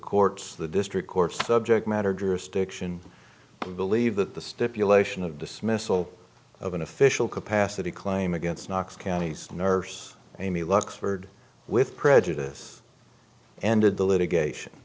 courts the district courts subject matter jurisdiction and believe that the stipulation of dismissal of an official capacity claim against knox county's nurse amy lux verd with prejudice ended the litigation